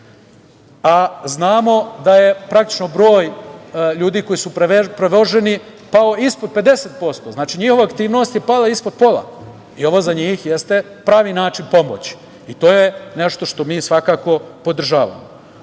a znamo da je praktično broj ljudi koji su prevoženi pao ispod 50%. Znači, njihova aktivnost je pala ispod pola i ovo za njih jeste pravi način pomoći. To je nešto što mi svakako podržavamo. Dalje,